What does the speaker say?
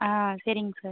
ஆ சரிங்க சார்